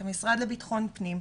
את המשרד לבטחון פנים.